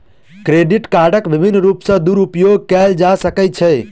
credit कार्डक विभिन्न रूप सॅ दुरूपयोग कयल जा सकै छै